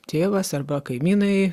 tėvas arba kaimynai